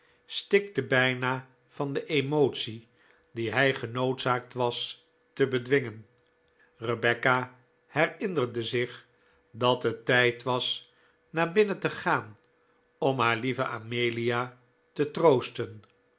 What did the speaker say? stikte bijna van de emotie die hij genoodzaakt was te bedwingen rebecca herinnerde zich dat het tijd was naar binnen te gaan om haar lieve amelia te troosten